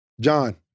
John